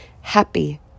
happy